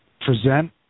present